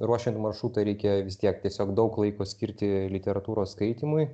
ruošiant maršrutą reikia vis tiek tiesiog daug laiko skirti literatūros skaitymui